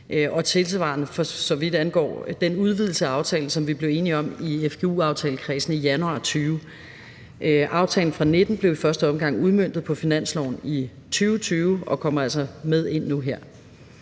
og tilsvarende for så vidt angår den udvidelse af aftalen, som vi blev enige om i fgu-aftalekredsen i januar 2020. Aftalen fra 2019 blev i første omgang udmøntet på finansloven i 2020 og kommer altså nu med ind her.